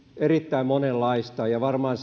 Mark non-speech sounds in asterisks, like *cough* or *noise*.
erittäin monenlaista ja varmaan *unintelligible*